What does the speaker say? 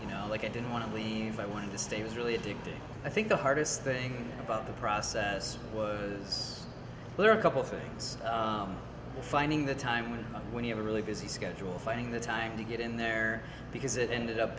you know like i didn't want to leave i wanted to stay was really addicted i think the hardest thing about the process was there a couple things finding the time when you have a really busy schedule finding the time to get in there because it ended up